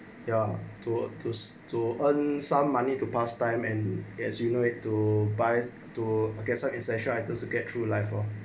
ya to to to earn some money to pass time and as you know it to buy to guests essential items to get through life lor